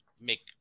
make